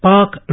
Park